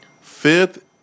Fifth